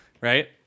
right